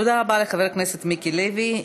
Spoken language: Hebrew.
תודה רבה לחבר הכנסת מיקי לוי.